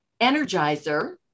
energizer